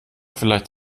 vielleicht